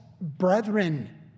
brethren